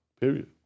Period